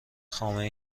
خامه